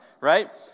right